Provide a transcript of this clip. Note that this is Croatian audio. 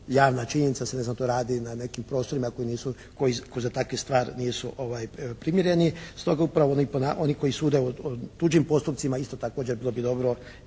javna činjenica da se ne znam tu radi na nekim prostorima koje nisu, koje za takvu stvar nisu primjereni. Stoga upravo oni koji sude o tuđim postupcima isto također bilo bi dobro